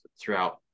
throughout